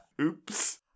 Oops